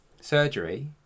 surgery